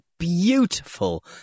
beautiful